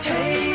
Hey